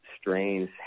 strains